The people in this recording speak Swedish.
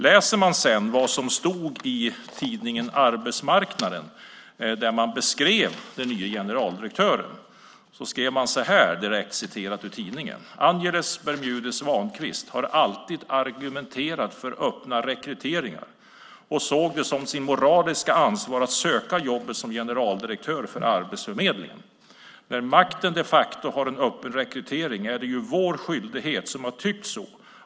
Läser man sedan det som stod i tidningen Arbetsmarknaden, där de beskrev den nya generaldirektören, kan man se att de skrev så här: "Angeles Bermudez-Svankvist har alltid argumenterat för öppna rekryteringar och såg det som sitt moraliska ansvar att söka jobbet som generaldirektör för Arbetsförmedlingen. - När makten de facto har en öppen rekrytering är det ju vår skyldighet som har tyckt så .